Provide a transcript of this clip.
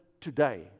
today